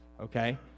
okay